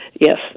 yes